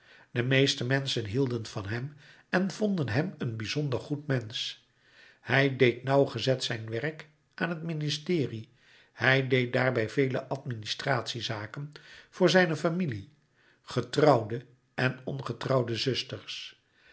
de meeste menschen hielden van hem en vonden hem een bizonder goed mensch hij deed nauwgezet zijn werk aan het ministerie hij deed daarbij vele administratie zaken voor zijne familie getrouwde en ongetrouwde zusters